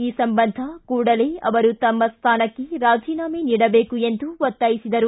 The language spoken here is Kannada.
ಈ ಸಂಬಂಧ ಕೂಡಲೇ ಅವರು ತಮ್ಮ ಸ್ಥಾನಕ್ಕೆ ರಾಜೀನಾಮೆ ನೀಡಬೇಕು ಎಂದು ಒತ್ತಾಯಿಸಿದರು